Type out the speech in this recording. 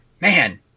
man